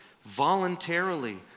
voluntarily